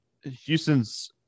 Houston's